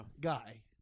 Guy